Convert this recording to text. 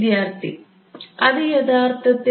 വിദ്യാർത്ഥി അത് യഥാർത്ഥത്തിൽ